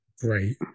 great